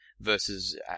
versus